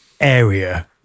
area